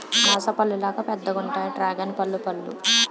అనాస పల్లులాగా పెద్దగుంతాయి డ్రేగన్పల్లు పళ్ళు